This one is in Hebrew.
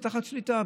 זה תחת שליטה,